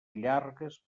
llargues